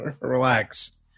relax